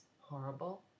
horrible